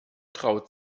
traut